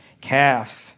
calf